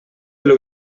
эле